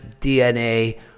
DNA